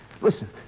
Listen